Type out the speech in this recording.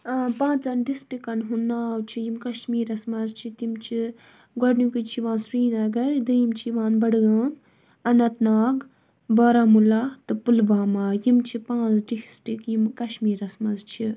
پانٛژَن ڈِسٹِرٛکَن ہُنٛد ناو چھِ یِم کشمیٖرَس منٛز چھِ تِم چھِ گۄڈنِکُے چھِ یِوان سرینگر دوٚیِم چھِ یِوان بڈگام اننت ناگ بارہمولہ تہٕ پُلوامہ یِم چھِ پانٛژھ ڈِسٹرٛک یِم کشمیٖرَس منٛز چھِ